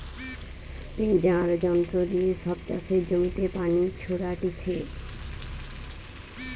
স্প্রেযাঁর যন্ত্র দিয়ে সব চাষের জমিতে পানি ছোরাটিছে